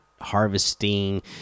harvesting